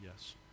Yes